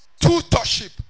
Tutorship